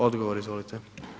Odgovor, izvolite.